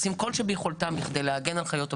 עושים כל שביכולתם כדי להגן על חיות הבר.